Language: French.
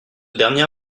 dernier